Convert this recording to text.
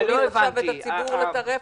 להכניס עכשיו את הציבור לטרפת.